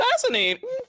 Fascinating